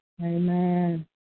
Amen